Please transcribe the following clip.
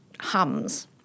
hums